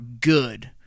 good